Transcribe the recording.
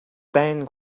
дайн